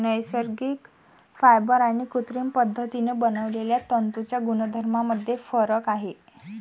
नैसर्गिक फायबर आणि कृत्रिम पद्धतीने बनवलेल्या तंतूंच्या गुणधर्मांमध्ये फरक आहे